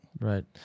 Right